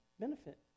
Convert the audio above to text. benefit